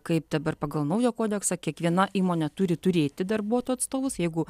kaip dabar pagal naują kodeksą kiekviena įmonė turi turėti darbuotojų atstovus jeigu